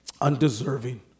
undeserving